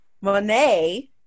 Monet